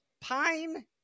pine